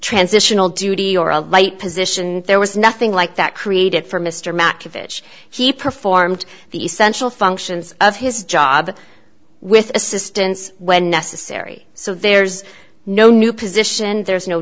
transitional duty or a light position there was nothing like that created for mr mack offish he performed the essential functions of his job with assistance when necessary so there's no new position there's no